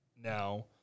now